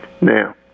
now